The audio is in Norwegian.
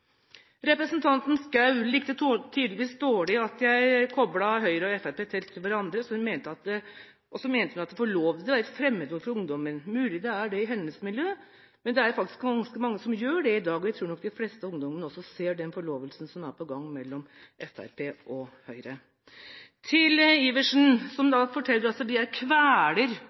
Representanten Schou likte tydeligvis dårlig at jeg koblet Høyre og Fremskrittspartiet tett til hverandre, og så mente hun at ordet «forlovelse» er et fremmedord for ungdommen. Det er mulig at det er det i hennes miljø, men det er faktisk ganske mange som forlover seg i dag, og jeg tror nok de fleste ungdommer ser den forlovelsen som er på gang mellom Fremskrittspartiet og Høyre. Til representanten Iversen, som forteller oss at regjeringspartiene nå kveler